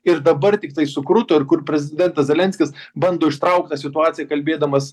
ir dabar tiktai sukruto ir kur prezidentas zelenskis bando ištraukt tą situaciją kalbėdamas